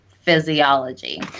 physiology